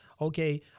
Okay